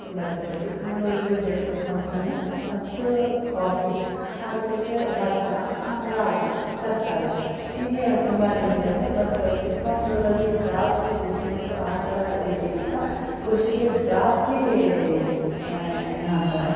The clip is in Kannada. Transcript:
ಬಟ್ ಚಿಕ್ಕಮಂಗ್ಳೂರಲ್ಲಿ ಹೇಳಬೇಕು ಅಂತಂದರೆ ಫಸ್ಟ ಕಾಫೀ ಅದು ಬಿಟ್ಟರೆ ಭತ್ತ ರಾಗಿ ತರಕಾರಿ ಹೀಗೆ ತುಂಬ ರೀತಿ ಇರುತ್ತೆ ಬಟ ಚಿಕ್ಕಮಂಗ್ಳೂರಲ್ಲಿ ಜಾಸ್ತಿ ಬಿಸ್ನೆಸ್ಸು ಆ ಥರ ರೀತಿಗಿಂತ ಕೃಷಿಗೆ ಜಾಸ್ತಿ ಇದು ಮಾಡ್ತಾರೆ